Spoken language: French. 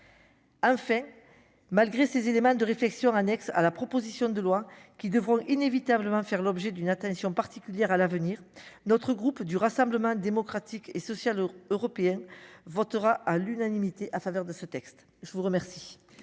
a fait malgré ces éléments de réflexion annexe à la proposition de loi qui devront inévitablement faire l'objet d'une attention particulière à l'avenir, notre groupe du Rassemblement démocratique et social européen votera à l'unanimité en faveur de ce texte, je vous remercie.